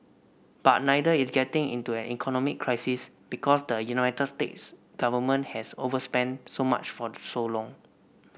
but neither is getting into an economic crisis because the United States government has overspent so much for so long